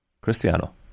Cristiano